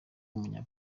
w’umunya